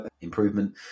improvement